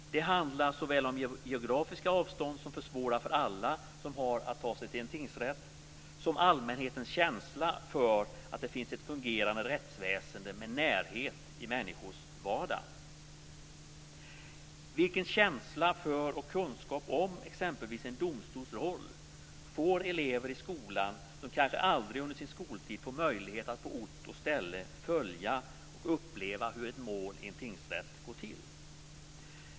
Det handlar såväl om geografiska avstånd, som försvårar för alla som har skäl att ta sig till en tingsrätt, som allmänhetens känsla för att det finns ett fungerande rättsväsende med närhet till människors vardag. Vilken känsla för och kunskap om exempelvis en domstols roll får elever i skolan som kanske aldrig under sin skoltid får möjlighet att på ort och ställe följa och uppleva hur ett mål i en tingsrätt går till.